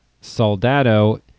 Soldado